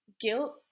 guilt